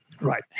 Right